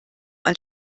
man